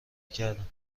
کردم